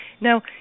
Now